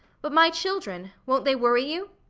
but my children, won't they worry you?